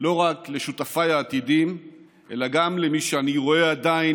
לא רק לשותפיי העתידיים אלא גם למי שאני רואה עדיין,